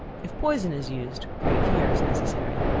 if poison is used, great care is necessary